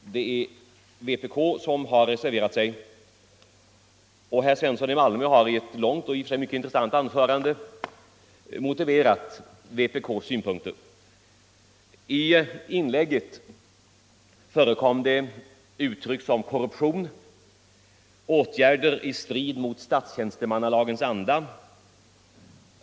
Båda från vpk, och herr Svensson i Malmö har i ett långt och i och för sig mycket intressant anförande motiverat vpk:s synpunkter. I inlägget användes uttryck som ”korruption” och ”åtgärder i strid mot statstjänstemannalagens anda”.